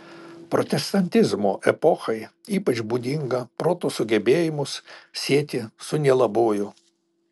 protestantizmo epochai ypač būdinga proto sugebėjimus sieti su nelabuoju